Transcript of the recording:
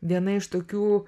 viena iš tokių